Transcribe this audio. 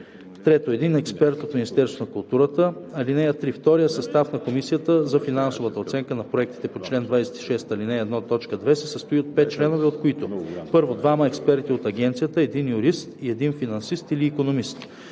3. един експерт от Министерството на културата. (3) Вторият състав на Комисията за финансовата оценка на проектите по чл. 26, ал. 1, т. 2 се състои от 5 членове, от които: 1. двама експерти от агенцията – един юрист и един финансист или икономист;